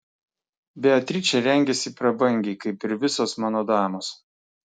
beatričė rengiasi prabangiai kaip ir visos mano damos